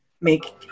make